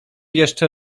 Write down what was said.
jeszcze